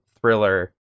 thriller